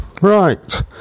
Right